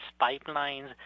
pipelines